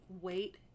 wait